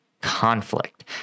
conflict